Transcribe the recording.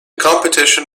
competition